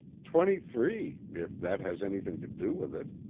twenty-three if that has anything to do with it.